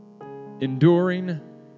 Enduring